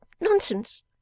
nonsense